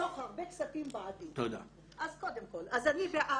תחסוך הרבה כספים בעתיד, אז אני בעד